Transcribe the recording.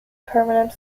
permanent